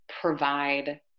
provide